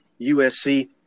USC